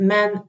Men